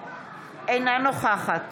אינה נוכחת